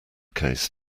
case